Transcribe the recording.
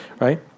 Right